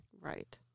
Right